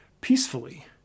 peacefully